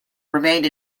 remained